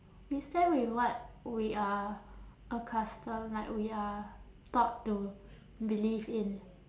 we stand with what we are accustomed like we are taught to believe in